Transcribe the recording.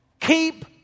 keep